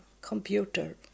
Computer